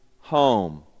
home